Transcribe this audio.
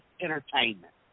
entertainment